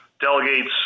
delegates